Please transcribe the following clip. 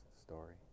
story